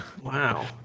wow